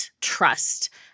trust